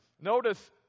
Notice